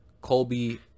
Colby